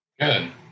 Good